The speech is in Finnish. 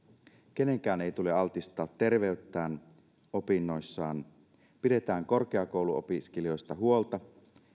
kenenkään ei tule altistaa terveyttään opinnoissaan pidetään korkeakouluopiskelijoista huolta